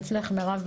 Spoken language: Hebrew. אצלך מירב,